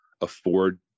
afford